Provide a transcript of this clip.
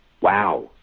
wow